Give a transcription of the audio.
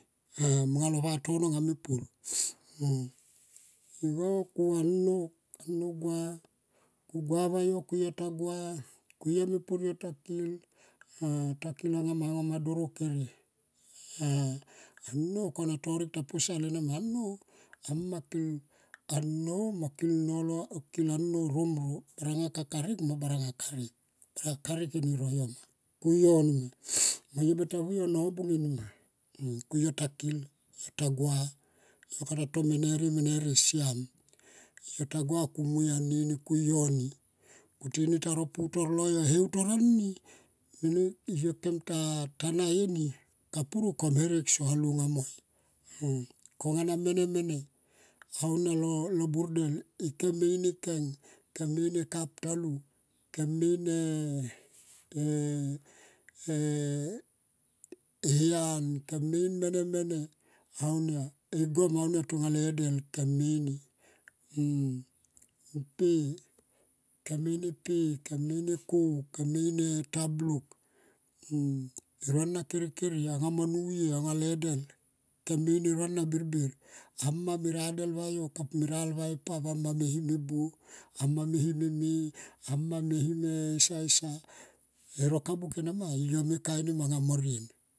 Monga lo votono anga mepur igo ku anou gua va yo ku yo ta gua ku yo mepur eni. Takil, takil anga ma doro kere anou kona torek ta posal ena ma. Ama kil anou mo kil nolo kil anou rom ro baranga ka karek mo baranga karek. Baranga kerek kui no yo nima mo yo bet vu yo nobung enima ku yo ta kill ku yo ta gua. Yo kata to menerie menerie yo ta gua ku mui anini ku yo ni nima. Mo tini ta ro putor lol yo kem ta nai eni kapuru kom here sa lunga moi. Konga na mene mene aunga lo burdel ikem me in e keng, kem me in e kap talu kem me in e hiyan kem me in mene mene aunia e gom aunia tonga le del kem me ini. mpe kem me in epe kem me in eko kem me in e tabluk e rona kere kere e anga mo nuye anga le delkem in e rona birbir ama me rade va yo kem pume radel va e pap me him ese buo a mo me him e me ama me him esa esa ero ka buk ena ma yo me kai nema amo rien.